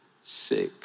sick